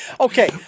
Okay